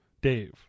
Dave